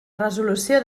resolució